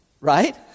right